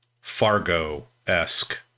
Fargo-esque